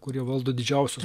kurie valdo didžiausius